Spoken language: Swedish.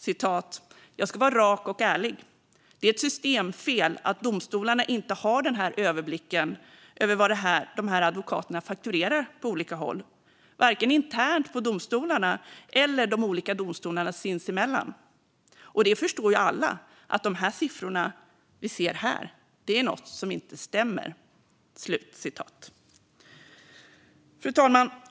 Han sa: Jag ska vara rak och ärlig - det är ett systemfel att domstolarna inte har överblick över vad de här advokaterna fakturerar på olika håll, vare sig internt på domstolarna eller de olika domstolarna sinsemellan. Och det förstår ju alla att med de siffror vi ser här är det något som inte stämmer. Fru talman!